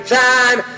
time